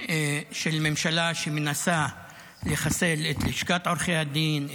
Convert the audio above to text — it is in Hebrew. של ממשלה שמנסה לחסל את לשכת עורכי הדין,